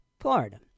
Florida